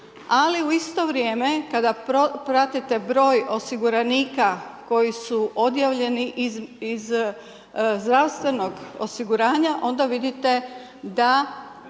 ali u isto vrijeme, kada pratite broj osiguranika, koji su odjavljeni iz zdravstvenog osiguranja, onda vidite da